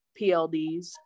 PLDs